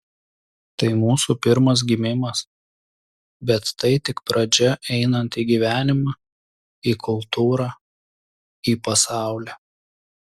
tai mūsų pirmas gimimas bet tai tik pradžia einant į gyvenimą į kultūrą į pasaulį